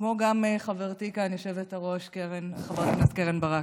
כמו גם חברתי כאן, היושבת-ראש חברת הכנסת קרן ברק.